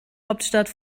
hauptstadt